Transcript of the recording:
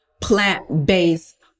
plant-based